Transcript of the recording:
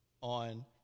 on